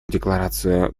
декларацию